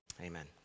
Amen